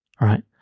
Right